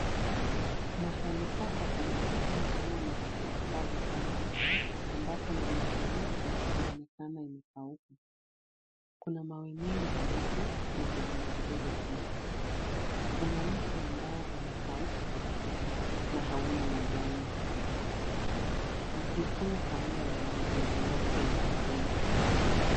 Mahali hapa panaonekana kama mahali pakavu sana amabyo mimea yote inaonekana imekauka. Kuna mawe mingi madogo na vilima vidogo pia. Kuna mti ambao umekauka kabisa na hauna majani hata moja. Mti huu hauna dalili yoyote ya uzima.